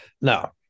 Now